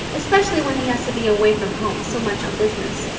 especially when he has to be away from home so much on business.